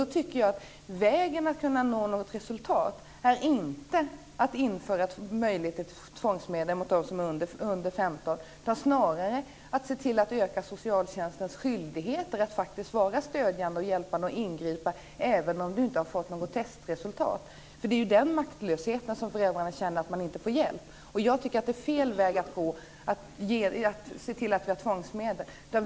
Då tycker jag inte att vägen för att man ska kunna nå något resultat är att man inför möjligheter till tvångsmedel mot dem som är under 15 år. Man ska snarare se till att öka socialtjänstens skyldigheter när det gäller att socialtjänsten faktiskt ska vara stödjande och hjälpande och ingripa även om det inte finns något testresultat. Det är ju den maktlösheten, som föräldrarna känner. De får inte någon hjälp. Jag tycker att det är fel väg att gå att se till att vi har tvångsmedel.